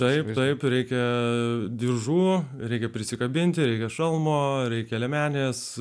taip taip reikia diržų reikia prisikabinti reikia šalmo reikia liemenės